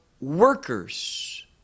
workers